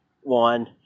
one